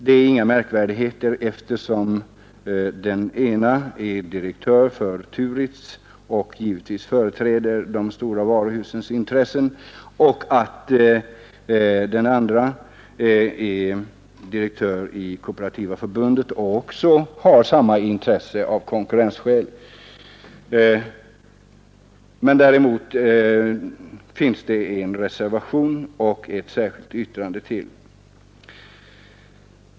Det är inga märkvärdigheter, eftersom en av dem är direktör för Turitz och givetvis företräder de stora varuhusens intressen och en annan direktör i Kooperativa förbundet och har samma intresse av konkurrensskäl. Men däremot finns det en reservation och ett särskilt yttrande.